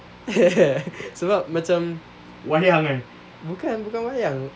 sebab macam bukan bukan wayang